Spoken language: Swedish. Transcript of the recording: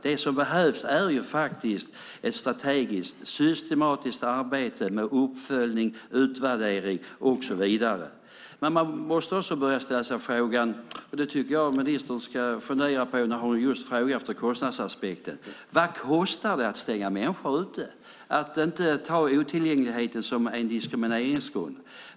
Det som behövs är ett strategiskt och systematiskt arbete med uppföljning, utvärdering och så vidare. Man måste också ställa sig frågan, och det tycker jag att ministern ska fundera på när hon just tar upp kostnadsaspekten, vad det kostar att stänga människor ute, att inte se otillgängligheten som en diskrimineringsgrund.